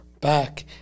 back